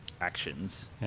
actions